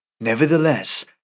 nevertheless